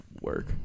work